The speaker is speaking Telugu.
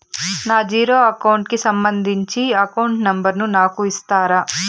నా జీరో అకౌంట్ కి సంబంధించి అకౌంట్ నెంబర్ ను నాకు ఇస్తారా